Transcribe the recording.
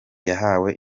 yahawe